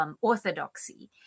orthodoxy